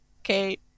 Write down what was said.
Okay